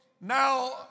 Now